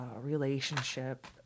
relationship